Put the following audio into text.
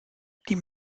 die